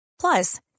Plus